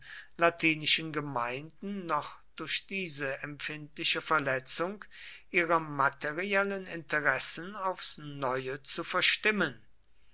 latinischen gemeinden noch durch diese empfindliche verletzung ihrer materiellen interessen aufs neue zu verstimmen